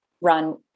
run